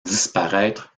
disparaître